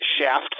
Shaft